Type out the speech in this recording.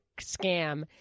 scam